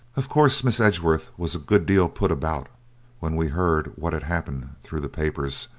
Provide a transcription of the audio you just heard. of course, miss edgeworth was a good deal put about when we heard what had happened, through the papers,